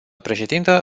președintă